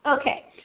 Okay